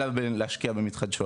אלא בלהשקיע במתחדשות,